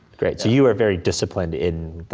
great, so you were very disciplined in, like,